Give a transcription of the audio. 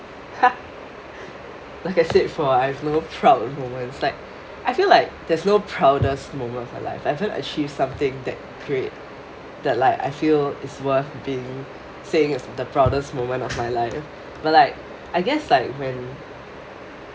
like I said before I have no proud moments like I feel like there is no proudest moment in my life I haven't achieved something that create that like I feel is worth being saying the proudest moment of my life but like I guess like when